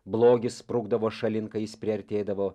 blogis sprukdavo šalin kai jis priartėdavo